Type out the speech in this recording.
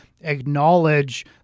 acknowledge